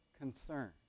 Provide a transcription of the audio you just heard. concern